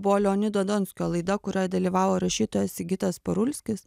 buvo leonido donskio laida kurioj dalyvavo rašytojas sigitas parulskis